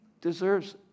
deserves